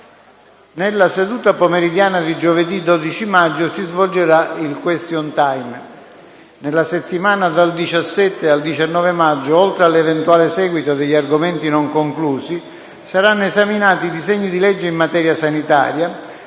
Nella seduta pomeridiana di giovedì 12 maggio si svolgerà il *question time*. Nella settimana dal 17 al 19 maggio, oltre all'eventuale seguito degli argomenti non conclusi, saranno esaminati i disegni di legge in materia sanitaria,